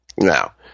Now